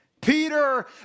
Peter